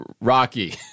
Rocky